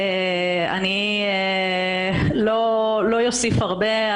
אני לא אוסיף הרבה.